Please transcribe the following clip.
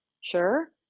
Sure